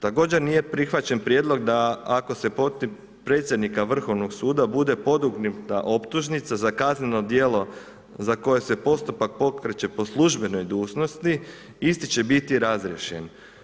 Također nije prihvaćen prijedlog da ako se protiv predsjednik Vrhovnog suda bude podignuta optužnica za kazneno djelo za koje se postupak pokreće po službenoj dužnosti, isti će biti razriješen.